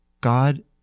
God